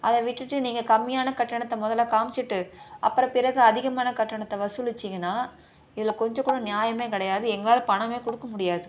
அதை விட்டுவிட்டு நீங்கள் கம்மியான கட்டணத்தை முதல்ல காம்மிச்சிட்டு அப்புறம் பிறகு அதிகமான கட்டணத்தை வசூலித்தீங்கனா இதில் கொஞ்சம் கூட நியாயமே கிடையாது எங்களால் பணமே கொடுக்க முடியாது